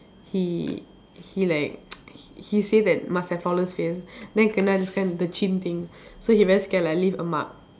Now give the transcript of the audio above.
he he like he he say that must have flawless face then kena this kind the chin thing so he very scared like leave a mark